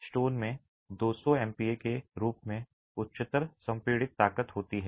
stone में 200 MPa के रूप में उच्चतर संपीड़ित ताकत हो सकती है